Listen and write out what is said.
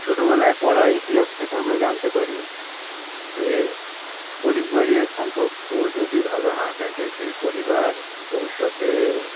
ছোটোবেলায় পড়া ইতিহাস থেকে আমরা জানতে পারি যে পরিবারে সম্পর্ক যদি ভালো না থাকে সেই পরিবার ভবিষ্যতে